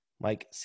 Mike